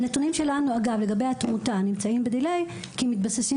הנתונים שלנו לגבי התמותה נמצאים בדיליי כי הם מתבססים